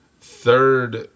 third